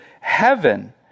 heaven